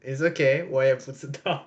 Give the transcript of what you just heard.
is okay 我也不知道